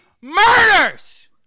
murders